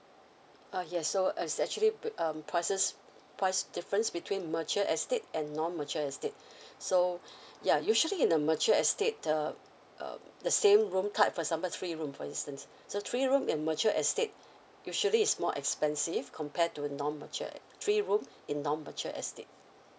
uh yes so it's actually pri~ um prices price difference between mature estate and non mature estate so ya usually in the mature estate uh um the same room card for example three room for instance so three room in mature estate usually is more expensive compared to non mature three room in non mature estate